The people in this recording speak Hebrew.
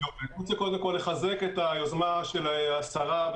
רוצה קודם כול לחזק את היוזמה של השרה,